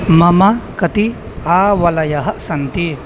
मम कति आवलयः सन्ति